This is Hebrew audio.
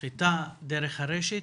סחיטה דרך הרשת,